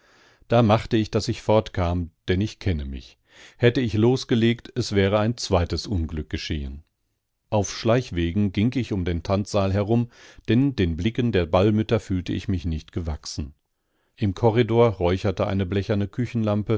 da machte ich daß ich fortkam denn ich kenne mich hätte ich losgelegt es wäre ein zweites unglück geschehen auf schleichwegen ging ich um den tanzsaal herum denn den blicken der ballmütter fühlte ich mich nicht gewachsen im korridor räucherte eine blecherne küchenlampe